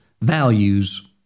values